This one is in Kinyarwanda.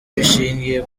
bishingiye